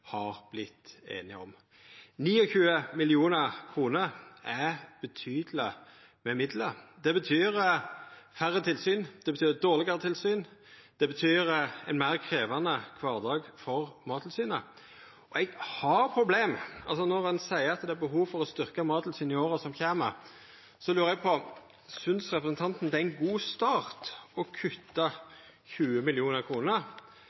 har vorte einige om. 29 mill. kr er betydeleg med midlar. Det betyr færre tilsyn, det betyr dårlegare tilsyn, det betyr ein meir krevjande kvardag for Mattilsynet. Når ein seier at det er behov for å styrkja Mattilsynet i åra som kjem, lurar eg på: Synest representanten det er ein god start å kutta